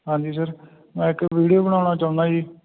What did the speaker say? ਹਾਂਜੀ ਸਰ ਮੈਂ ਇੱਕ ਵੀਡੀਓ ਬਣਾਉਣਾ ਚਾਹੁੰਦਾ ਜੀ